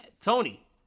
Tony